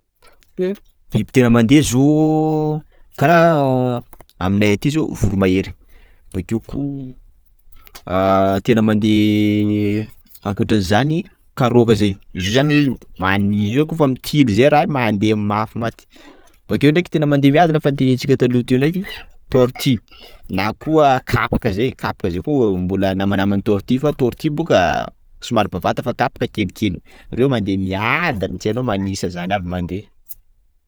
Biby tena mandeha zio, karaha aminay aty zio voro mahery, bokeo koa tena mandeha ankoatra ny zany karoka zay, zio zany many izy io koafa mitily zay raha io tena mandeha mafy maty. Bokeo ndraiky tena mandeha miadana efa nontenenitsika taloha teo ndraiky tortue na koa kapika zay kapika koa mbola namanamany tortue, fa tortue boka ah somary bevata fa kapaka kelikely, reo mandeha miadana tsy hainao na manisa zany aby mandeha.